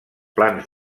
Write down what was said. plans